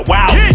Wow